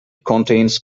contains